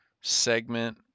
segment